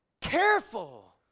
Careful